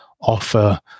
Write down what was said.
offer